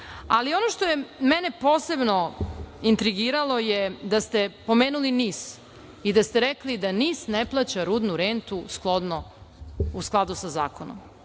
5%. Ono što je mene posebno intrigiralo je, da ste pomenuli NIS i da ste rekli da NIS ne plaća rudnu rentu u skladu sa zakonom. Ko